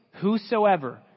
whosoever